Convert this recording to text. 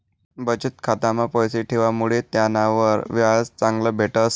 बचत खाता मा पैसा ठेवामुडे त्यानावर व्याज चांगलं भेटस